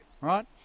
right